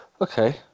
Okay